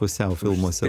pusiau filmuose